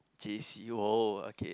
j_c oh okay